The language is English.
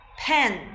pen